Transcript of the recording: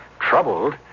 Troubled